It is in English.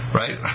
right